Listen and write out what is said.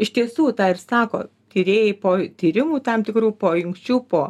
iš tiesų tą ir sako tyrėjai po tyrimų tam tikrų po jungčių po